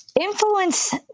Influence